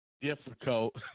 difficult